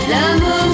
Love